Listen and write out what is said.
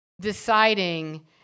deciding